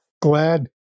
Glad